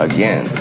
Again